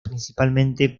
principalmente